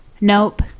Nope